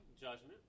judgment